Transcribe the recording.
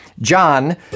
John